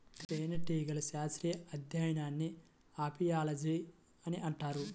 తేనెటీగల శాస్త్రీయ అధ్యయనాన్ని అపియాలజీ అని అంటారు